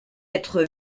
être